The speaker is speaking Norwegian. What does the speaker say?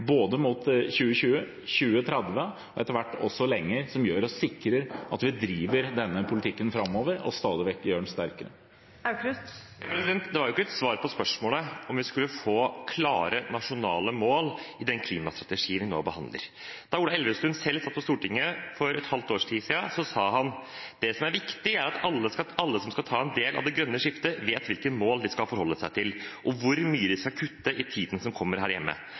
mot både 2020, 2030 og etter hvert også lenger, som sikrer at vi driver denne politikken framover og stadig vekk gjør den sterkere. Åsmund Aukrust – til oppfølgingsspørsmål. Det var jo ikke et svar på spørsmålet om vi vil få klare nasjonale mål i den klimastrategien vi nå behandler. Da Ola Elvestuen selv satt på Stortinget for et halvt års tid siden, sa han at det som er viktig, er at alle som skal ta del i det grønne skiftet, vet hvilke mål de skal forholde seg til, og hvor mye de skal kutte i tiden som kommer, her hjemme.